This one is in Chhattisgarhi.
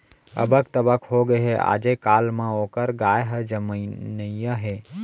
अबक तबक होगे हे, आजे काल म ओकर गाय ह जमनइया हे